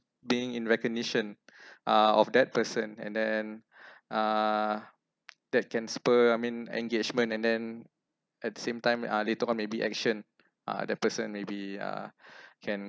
being in recognition uh of that person and then uh that can spur I mean engagement and then at the same time uh later on maybe action uh that person maybe uh can